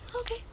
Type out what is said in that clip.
okay